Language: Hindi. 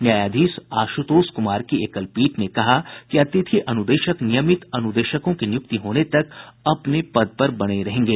न्यायाधीश आशुतोष कुमार की एकल पीठ ने कहा कि अतिथि अनुदेशक नियमित अनुदेशकों की नियुक्ति होने तक अपने पद पर बने रहेंगे